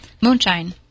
moonshine